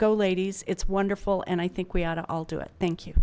go ladies it's wonderful and i think we ought all to it thank you